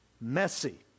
messy